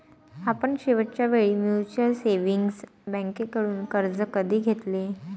आपण शेवटच्या वेळी म्युच्युअल सेव्हिंग्ज बँकेकडून कर्ज कधी घेतले?